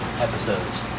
episodes